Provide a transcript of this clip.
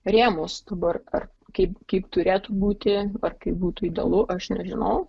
rėmus dabar ar kaip kaip turėtų būti ar kaip būtų idealu aš nežinau